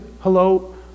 hello